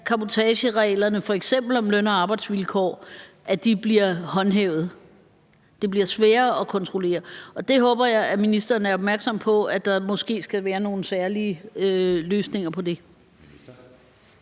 om cabotagereglerne for f.eks. løn- og arbejdsvilkår bliver håndhævet. Det bliver sværere at kontrollere, og der håber jeg, at ministeren er opmærksom på, at der måske skal være nogle særlige løsninger på det.